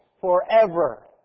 forever